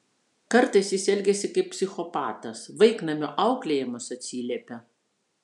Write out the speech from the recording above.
kartais jis elgiasi kaip psichopatas vaiknamio auklėjimas atsiliepia